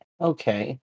Okay